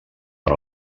per